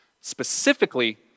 Specifically